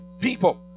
people